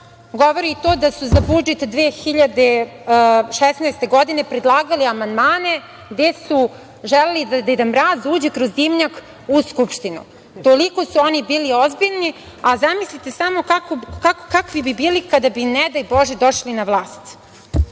govori i to da su za budžet 2016. godine predlagali amandmane gde su želeli da Deda Mraz uđe kroz dimnjak u Skupštinu. Toliko su oni bili ozbiljni, a zamislite samo kakvi bi bili kada bi ne daj Bože došli na vlast.O